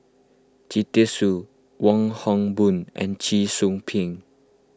Jita Singh Wong Hock Boon and Cheong Soo Pieng